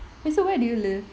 wait so where do you live